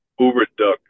UberDuck